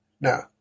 Now